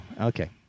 Okay